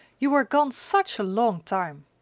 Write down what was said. you were gone such a long time.